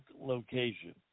location